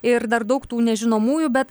ir dar daug tų nežinomųjų bet